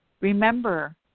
Remember